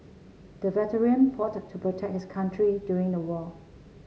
the veteran fought to protect his country during the war